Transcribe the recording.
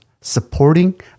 supporting